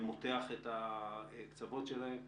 ומותח את הקצוות שלהם.